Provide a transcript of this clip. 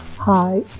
Hi